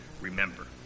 remember